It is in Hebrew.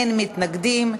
אין מתנגדים,